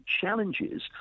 challenges